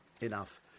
Enough